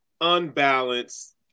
unbalanced